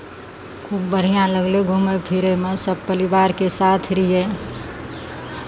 खूब बढ़िआँ लगलै घूमय फिरयमे सभ परिवारके साथ रहियै